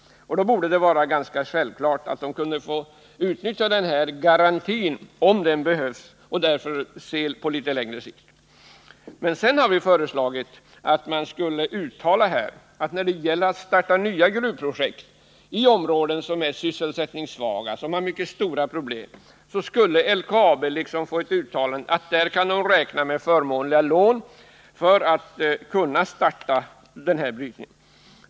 Då anser vi att det borde vara självklart att bolaget får utnyttja den här garantin, om den behövs även sett på litet längre sikt. Sedan har vi föreslagit att riksdagen uttalar att LKAB för gruvprojekt i sysselsättningssvaga områden med stora problem skall kunna påräkna förmånliga lån, så att bolaget får möjlighet att starta brytning där.